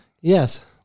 Yes